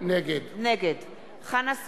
נגד חנא סוייד,